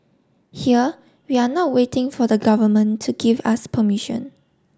here we are not waiting for the government to give us permission